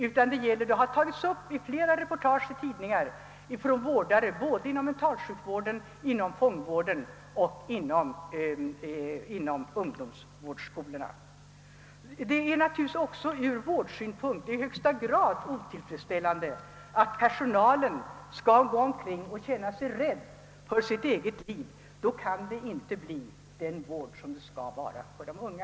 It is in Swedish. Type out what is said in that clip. Motsvarande fråga har tagits upp i flera reportage i tidningarna från vårdare såväl inom mentalsjukvården som inom fångvården och inom ungdomsvårdsskolorna. Det är naturligtvis också ur vårdsynpunkt i högsta grad otillfredsställande, att personalen går omkring och känner sig hotad till livet. Då kan det inte bli en fullgod vård av de unga.